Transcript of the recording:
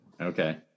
Okay